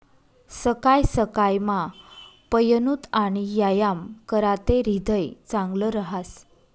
सकाय सकायमा पयनूत आणि यायाम कराते ह्रीदय चांगलं रहास